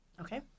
okay